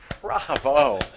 Bravo